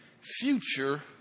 future